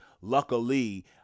luckily